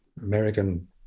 American